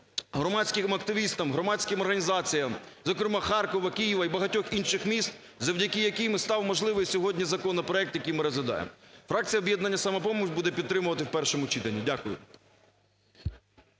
громадським активістам, громадським організаціям, зокрема Харкова, Києва і багатьох інших міст, завдяки яким і став можливим сьогодні законопроект, який ми розглядаємо. Фракція "Об'єднання "Самопоміч" буде підтримувати в першому читанні. Дякую.